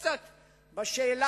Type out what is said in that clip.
בוקר טוב, כבוד השר,